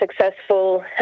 successful